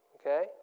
Okay